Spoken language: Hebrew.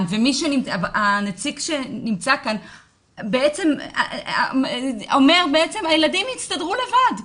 והנציג שנמצא כאן בעצם אומר שהילדים יסתדרו לבד,